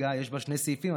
ויש בה שני סעיפים.